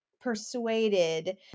persuaded